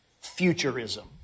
futurism